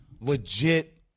legit